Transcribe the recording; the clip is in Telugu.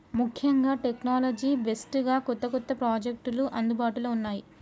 ముఖ్యంగా టెక్నాలజీ బేస్డ్ గా కొత్త కొత్త ప్రాజెక్టులు అందుబాటులో ఉన్నాయి